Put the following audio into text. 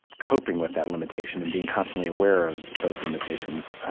coping with that limitation and being constantly aware of those limitations.